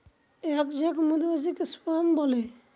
এক ঝাঁক মধুমাছিকে স্বোয়াম বলে